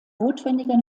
notwendiger